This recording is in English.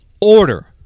order